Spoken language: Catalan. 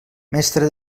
mestre